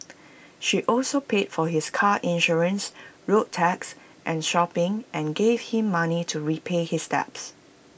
she also paid for his car insurance road tax and shopping and gave him money to repay his debts